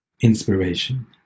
inspiration